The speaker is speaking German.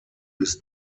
bis